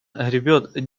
гребёт